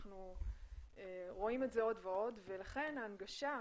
אנחנו רואים את זה עוד ועוד ולכן ההנגשה,